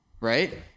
Right